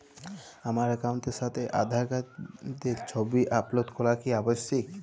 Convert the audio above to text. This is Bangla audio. আমার অ্যাকাউন্টের সাথে আধার কার্ডের ছবি আপলোড করা কি আবশ্যিক?